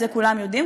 את זה כולם יודעים,